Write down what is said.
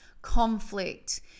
conflict